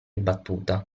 battuta